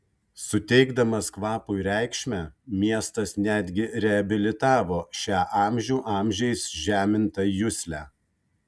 suteikdamas kvapui reikšmę miestas netgi reabilitavo šią amžių amžiais žemintą juslę